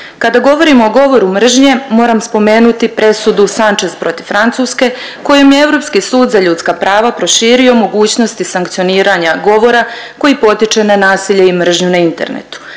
Kada govorimo o govoru mržnje moram spomenuti presudu Sanchez protiv Francuske kojim je Europski sud za ljudska prava proširio mogućnosti sankcioniranja govora koji potiče na nasilje i mržnju na internetu.